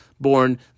born